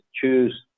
choose